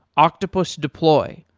octopus deploy,